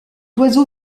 oiseau